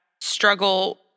struggle